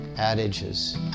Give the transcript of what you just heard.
adages